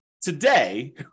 today